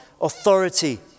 authority